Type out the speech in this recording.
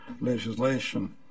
legislation